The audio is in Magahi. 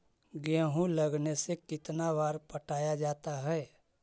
गेहूं लगने से कितना बार पटाया जाता है?